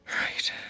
Right